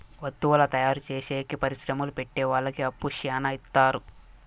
వత్తువుల తయారు చేసేకి పరిశ్రమలు పెట్టె వాళ్ళకి అప్పు శ్యానా ఇత్తారు